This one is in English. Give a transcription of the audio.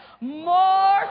more